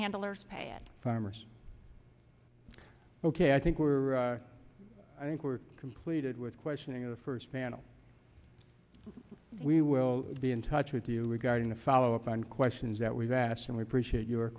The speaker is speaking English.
handlers pay farmers ok i think we're i think we're completed with questioning in the first panel we will be in touch with you regarding the follow up on questions that we've asked and we appreciate your